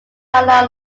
carlo